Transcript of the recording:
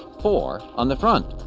four on the front.